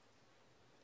הפסקה.